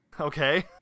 Okay